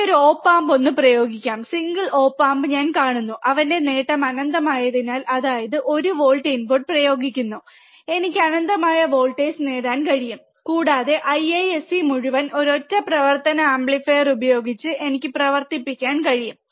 എനിക്ക് ഒരു op amp ഒന്ന് ഉപയോഗിക്കാം സിംഗിൾ ഒപ്പ് ആംപ് ഞാൻ കാണുന്നു അവന്റെ നേട്ടം അനന്തമായതിനാൽ അതായത് ഒരു വോൾട്ട് ഇൻപുട്ട് പ്രയോഗിക്കുന്നു എനിക്ക് അനന്തമായ വോൾട്ടേജ് നേടാൻ കഴിയും കൂടാതെ IISc മുഴുവനും ഒരൊറ്റ പ്രവർത്തന ആംപ്ലിഫയർ ഉപയോഗിച്ച് എനിക്ക് പ്രവർത്തിപ്പിക്കാൻ കഴിയും